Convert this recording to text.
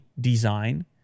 design